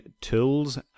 Tools